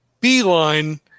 beeline